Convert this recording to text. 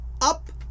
up